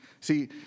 See